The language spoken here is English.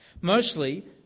Mostly